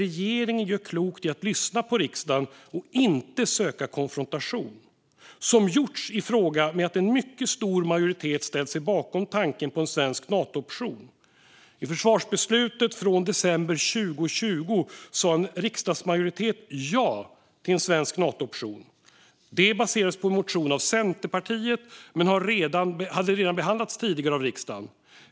Regeringen gör dock klokt i att lyssna på riksdagen och inte söka konfrontation, vilket gjorts gällande att en mycket stor majoritet ställt sig bakom tanken på en svensk Natooption. I försvarsbeslutet från december 2020 sa en riksdagsmajoritet ja till en svensk Natooption. Detta baserades på en motion av Centerpartiet men hade redan tidigare behandlats av riksdagen.